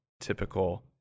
typical